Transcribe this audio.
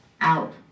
out